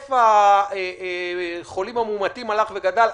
היקף החולים המאומתים הלך וגדל,